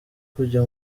kujya